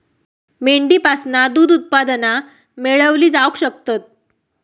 मेंढीपासना दूध उत्पादना मेळवली जावक शकतत